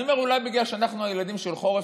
אני אומר :אולי בגלל שאנחנו הילדים של חורף